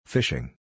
Fishing